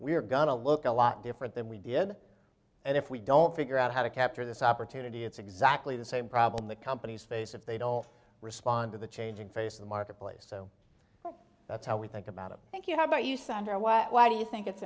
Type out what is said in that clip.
we're gonna look a lot different than we did and if we don't figure out how to capture this opportunity it's exactly the same problem that companies face if they don't respond to the changing face of the marketplace so that's how we think about it thank you how about you senator why why do you think it's